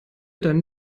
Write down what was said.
deinen